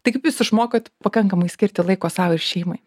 tai kaip jūs išmokot pakankamai skirti laiko sau ir šeimai